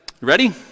Ready